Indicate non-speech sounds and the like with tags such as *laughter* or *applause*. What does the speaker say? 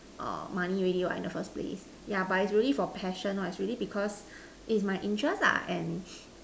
err money really work in the first place but it's really for passion actually because its my interest lah and *breath*